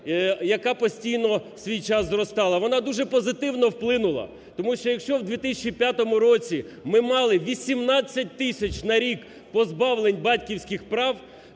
яка постійно в свій час зростала? Вона дуже позитивно вплинула. Тому що, якщо в 2005 році ми мали 18 тисяч на рік позбавлень батьківських прав,